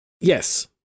Yes